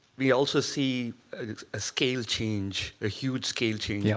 we also see a scale change, a huge scale change. yeah.